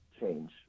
change